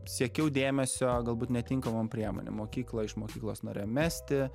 siekiau dėmesio galbūt netinkamom priemonėm mokyklą iš mokyklos norėjo mesti